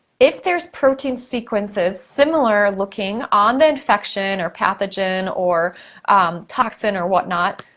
if there's protein sequences similar looking on the infection, or pathogen, or toxin, or whatnot,